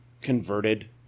converted